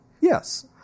Yes